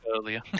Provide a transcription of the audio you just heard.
earlier